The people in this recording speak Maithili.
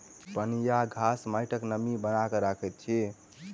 पनियाह घास माइटक नमी बना के रखैत अछि